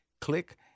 Click